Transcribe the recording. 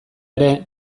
ere